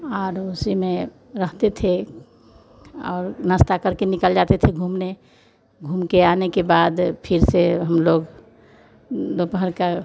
और उसी में रखते थे और नाश्ता करके निकल जाते थे घूमने घूम के आने के बाद फिर से हम लोग दोपहर का